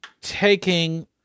taking